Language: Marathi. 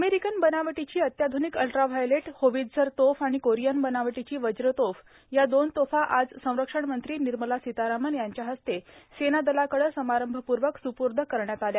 अमेरिकन बनावटीची अत्याध्निक अल्ट्राव्हायलेट होवित्झर तोफ आणि कोरियन बनावटीची वज्र तोफ या दोन तोफा आज संरक्षण मंत्री निर्मला सीतारामन यांच्या हस्ते सेनादलाकडे समारंभपूर्वक स्पूर्द करण्यात आल्या